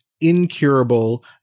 incurable